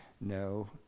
No